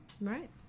Right